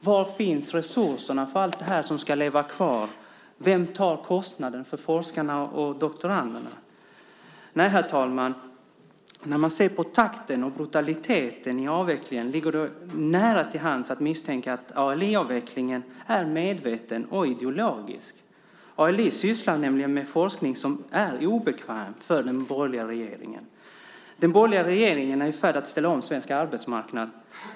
Var finns resurserna för allt det här som ska leva kvar? Vem tar kostnaden för forskarna och doktoranderna? Herr talman! När man ser på takten och brutaliteten i avvecklingen ligger det nära till hands att misstänka att ALI-avvecklingen är medveten och ideologisk. ALI sysslar nämligen med forskning som är obekväm för den borgerliga regeringen. Den borgerliga regeringen är i färd med att ställa om svensk arbetsmarknad.